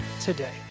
today